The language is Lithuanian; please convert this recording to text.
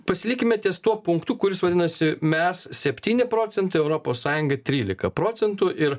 pasilikime ties tuo punktu kuris vadinasi mes septyni procentai europos sąjungoj trylika procentų ir